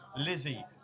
Lizzie